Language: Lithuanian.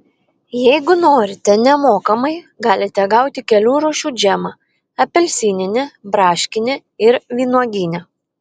jeigu norite nemokamai galite gauti kelių rūšių džemą apelsininį braškinį ir vynuoginį